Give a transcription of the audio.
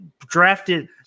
drafted